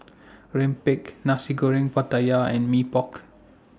Rempeyek Nasi Goreng Pattaya and Mee Pok